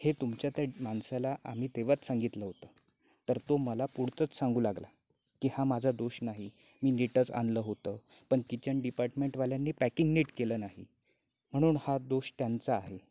हे तुमच्या त्या माणसाला आम्ही तेव्हाच सांगितलं होतं तर तो मला पुढचंच सांगू लागला की हा माझा दोष नाही मी नीटच आणलं होतं पण किचन डिपार्टमेंटवाल्यांनी पॅकिंग नीट केलं नाही म्हणून हा दोष त्यांचा आहे